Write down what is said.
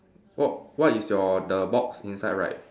what what is your the box inside write